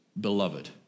Beloved